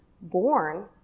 born